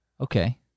Okay